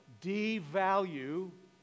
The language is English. devalue